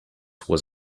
was